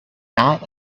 not